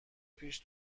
پیش